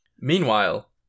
Meanwhile